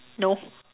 no